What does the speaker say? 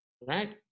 right